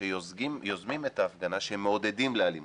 שיוזמים את ההפגנה שמעודדים לאלימות,